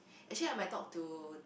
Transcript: actually I might talk to